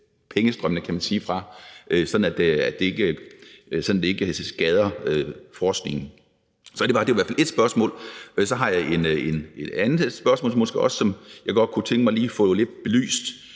at det ikke skader forskningen. Det er i hvert fald et spørgsmål. Så har jeg et andet spørgsmål, som jeg også godt lige kunne tænke mig at få lidt belyst.